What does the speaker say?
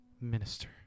minister